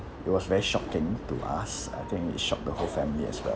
it was very shocking to us I think it shocked the whole family as well